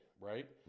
right